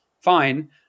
Fine